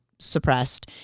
suppressed